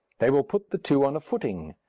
they will put the two on a footing,